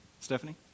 Stephanie